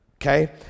okay